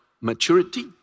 maturity